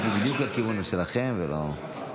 הסתכלתי בדיוק לכיוון שלכם, ולא,